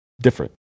different